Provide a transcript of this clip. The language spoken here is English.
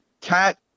Cat